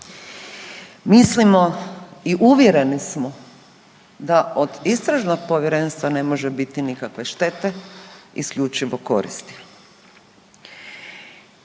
Mislimo i uvjereni smo da od Istražnog povjerenstva ne može biti nikakve štete, isključivo koristi.